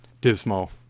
dismal